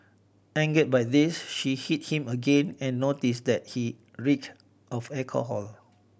angered by this she hit him again and noticed that he reeked of alcohol